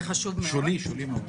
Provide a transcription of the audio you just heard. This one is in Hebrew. שולי מאוד...